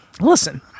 listen